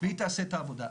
והיא תעשה את העבודה.